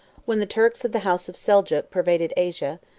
when the turks of the house of seljuk pervaded asia,